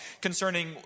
concerning